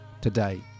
today